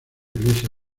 iglesia